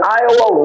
iowa